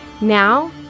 now